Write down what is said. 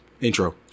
Intro